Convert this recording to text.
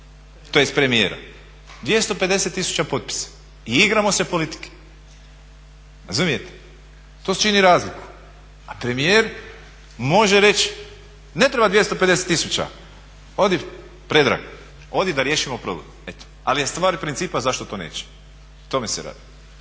tj. premijera 250 tisuća potpisa i igramo se politike, razumijete. To čini razliku. A premijer može reći ne treba 250 tisuća odi Predrag, odi da riješimo problem, ali stvar principa zašto to neće. O tome se radi.